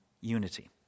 unity